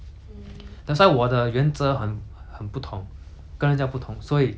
跟人家不同所以 like 我认识的人 hor 都